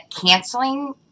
canceling